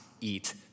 eat